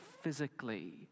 physically